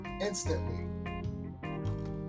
instantly